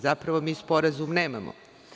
Zapravo, mi sporazum i nemamo.